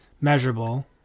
Measurable